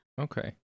Okay